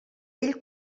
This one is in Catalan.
ell